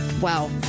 wow